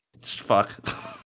Fuck